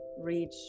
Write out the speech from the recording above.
reach